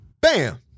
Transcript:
bam